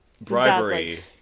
Bribery